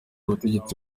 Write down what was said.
ubutegetsi